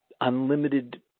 unlimited